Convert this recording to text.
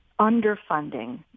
underfunding